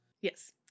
Yes